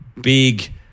big